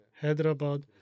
Hyderabad